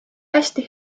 hästi